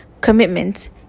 commitments